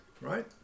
Right